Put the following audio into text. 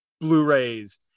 Blu-rays